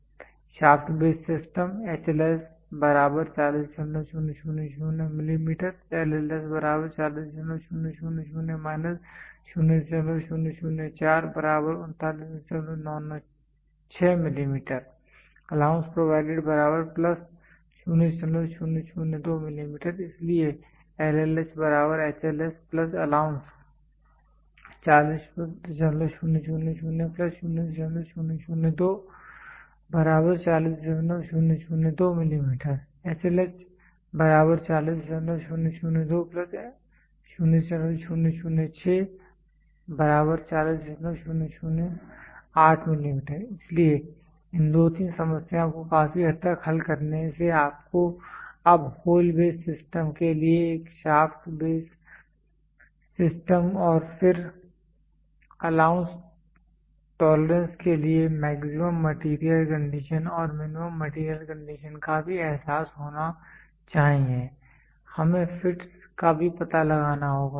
• shaft base system HLS 40000 mm LLS 40000 0004 39996 mm allowance provided 0002 mm इसलिए LLH HLS allowance 40000 0002 40002 mm HLH 40002 0006 40008 mm इसलिए इन 2 3 समस्याओं को काफी हद तक हल करने से आपको अब होल बेस सिस्टम के लिए एक शाफ्ट बेस सिस्टम और फिर अलाउंस टोलरेंस के लिए मैक्सिमम मेटीरियल कंडीशन और मिनिमम मैटेरियल कंडीशन का भी एहसास होना चाहिए हमें फिट्स का भी पता लगाना होगा